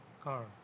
car